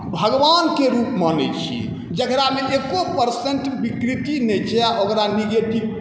भगवानके रूप मानै छी जकरामे एको परसेन्ट विकृति नहि छै आओर ओकरा नेगेटिव